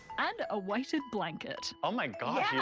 and a weighted blanket. oh my gosh,